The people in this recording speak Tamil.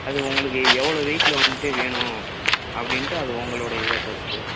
அது உங்களுக்கு எவ்வளோ வெயிட்டில் வந்துட்டு வேணும் அப்படின்ட்டு அது உங்களோட இதை பொறுத்து